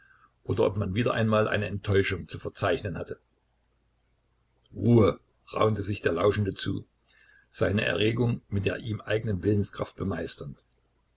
oder ob man wieder einmal eine enttäuschung zu verzeichnen hatte ruhe raunte sich der lauschende zu seine erregung mit der ihm eigenen willenskraft bemeisternd